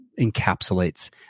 encapsulates